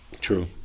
True